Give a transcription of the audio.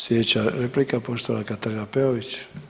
Slijedeća replika poštovana Katarina Peović.